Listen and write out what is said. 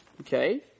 okay